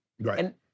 Right